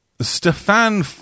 Stefan